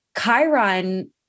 Chiron